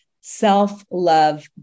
self-love